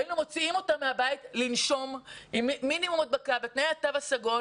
היינו מוציאים אותם מהבית לנשום, בתנאי התו הסגול